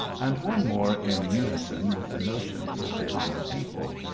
and one more in unison with the notions of the common people,